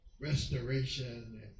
restoration